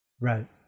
Right